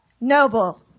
Noble